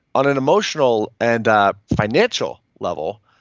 on an emotional and financial level,